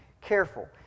Careful